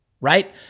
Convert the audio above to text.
right